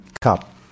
Cup